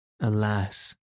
Alas